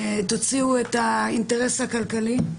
תוציאו את האינטרס הכלכלי,